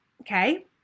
okay